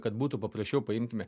kad būtų paprasčiau paimkime